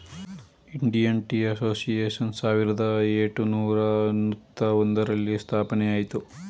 Indian Tea Association ಸಾವಿರದ ಏಟುನೂರ ಅನ್ನೂತ್ತ ಒಂದರಲ್ಲಿ ಸ್ಥಾಪನೆಯಾಯಿತು